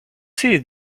see